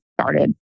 started